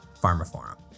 Pharmaforum